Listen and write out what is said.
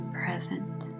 present